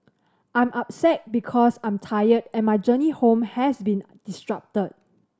I'm upset because I'm tired and my journey home has been disrupted